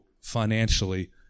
financially